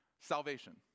salvation